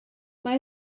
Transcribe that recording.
mae